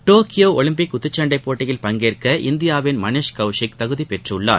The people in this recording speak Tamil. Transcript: டோக்கியோ ஒலிம்பிக் குத்துச்சன்டை போட்டியில் பங்கேற்க இந்தியாவின் மணீஷ் கௌஷிக் தகுதி பெற்றுள்ளார்